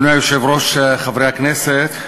אדוני היושב-ראש, חברי הכנסת,